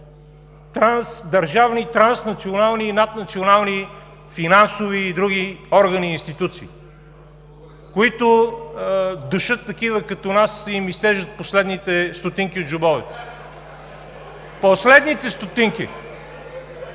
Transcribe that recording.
трансдържавни, транснационални и наднационални финансови и други органи и институции, които душат такива като нас и им изцеждат последните стотинки в джобовете. Последните стотинки!